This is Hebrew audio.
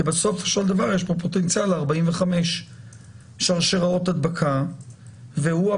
בסופו של דבר יש כאן פוטנציאל ל-45 שרשראות הדבקה והבחור